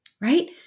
right